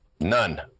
none